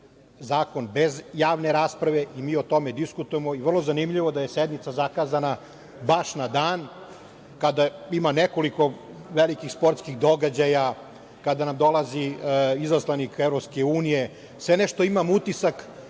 zakon bez javne rasprave i mi o tome diskutujemo? Vrlo zanimljivo da je sednica zakazana baš na dan kada ima nekoliko velikih sportskih događaja, kada nam dolazi izaslanik EU. Sve nešto imam utisak